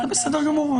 זה בסדר גמור,